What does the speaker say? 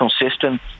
consistent